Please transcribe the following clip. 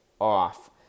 off